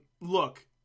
look